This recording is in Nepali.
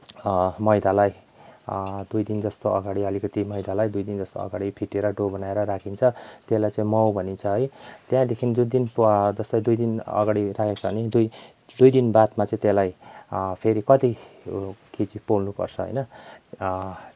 मैदालाई दुईदिन जस्तो अघाडि अलिकति मैदालाई दुईदिन जस्तो अघाडि फिटेर डो बनाएर राखिन्छ त्यसलाई चाहिँ माउ भनिन्छ है त्यहाँदेखि जो दिन जस्तै दुईदिन अघाडि राखेको छ भने दुईदिन बादमा चाहिँ त्यसलाई फेरि कति केजी पोल्नु पर्छ होइन